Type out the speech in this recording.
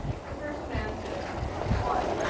the first man said one.